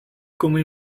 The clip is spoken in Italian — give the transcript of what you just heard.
come